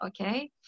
Okay